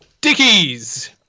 Dickies